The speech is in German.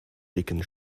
dicken